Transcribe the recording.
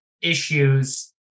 issues